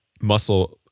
muscle